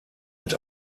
mit